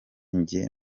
njye